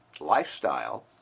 lifestyle